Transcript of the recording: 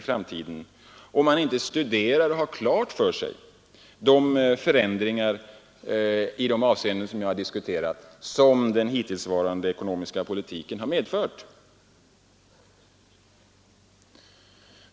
Man måste studera de grundläggande förändringar som den hittillsvarande ekonomiska politiken medfört.